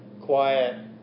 quiet